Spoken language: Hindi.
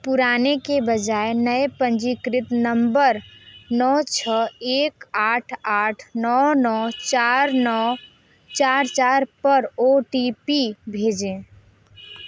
पुराने के बजाय नए पंजीकृत नंबर नौ छः एक आठ आठ नौ नौ चार नौ चार चार पर ओ टी पी भेजें